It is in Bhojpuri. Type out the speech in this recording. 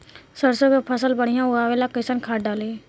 सरसों के फसल बढ़िया उगावे ला कैसन खाद डाली?